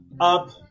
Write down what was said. up